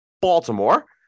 Baltimore